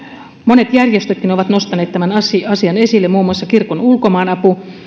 monet järjestötkin ovat nostaneet tämän asian asian esille muun muassa kirkon ulkomaanapu